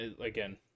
again